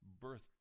birth